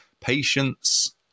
Patience